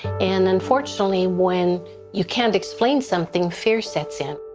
and unfortunately, when you can't explain something, fear sets in.